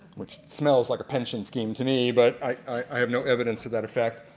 which smells like a pension scheme to me but i have no evidence of that effect.